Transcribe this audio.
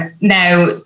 now